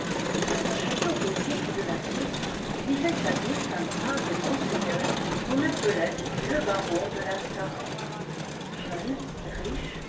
dans un château gothique de la suisse vivait jadis un brave et bon seigneur qu'on appelait le baron de la sarraz jeune riche